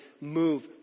move